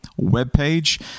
webpage